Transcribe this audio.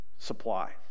supply